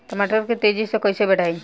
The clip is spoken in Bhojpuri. टमाटर के तेजी से कइसे बढ़ाई?